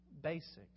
basics